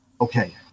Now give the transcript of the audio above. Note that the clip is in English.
Okay